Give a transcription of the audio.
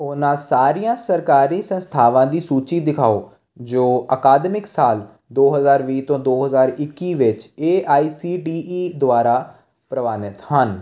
ਉਹਨਾਂ ਸਾਰੀਆਂ ਸਰਕਾਰੀ ਸੰਸਥਾਵਾਂ ਦੀ ਸੂਚੀ ਦਿਖਾਓ ਜੋ ਅਕਾਦਮਿਕ ਸਾਲ ਦੋ ਹਜ਼ਾਰ ਵੀਹ ਤੋਂ ਦੋ ਹਜ਼ਾਰ ਇੱਕੀ ਵਿੱਚ A I C D E ਦੁਆਰਾ ਪ੍ਰਵਾਨਿਤ ਹਨ